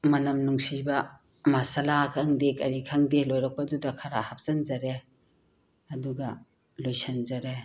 ꯃꯅꯝ ꯅꯨꯡꯁꯤꯕ ꯃꯁꯂꯥ ꯈꯪꯗꯦ ꯀꯔꯤ ꯈꯪꯗꯦ ꯂꯣꯏꯔꯛꯄꯗꯨꯗ ꯈꯔ ꯍꯥꯞꯆꯤꯟꯖꯔꯦ ꯑꯗꯨꯒ ꯂꯣꯏꯁꯟꯖꯔꯦ